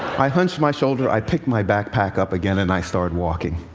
i hunched my shoulder, i picked my backpack up again and i started walking.